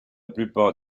plupart